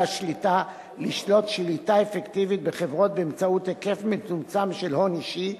השליטה לשלוט שליטה אפקטיבית בחברות באמצעות היקף מצומצם של הון אישי,